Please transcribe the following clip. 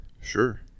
sure